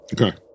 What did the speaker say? okay